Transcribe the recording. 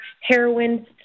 heroin